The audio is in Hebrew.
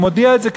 והוא מודיע את זה,